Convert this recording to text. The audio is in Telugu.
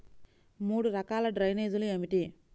మూడు రకాల డ్రైనేజీలు ఏమిటి?